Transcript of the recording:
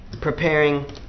Preparing